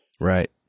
Right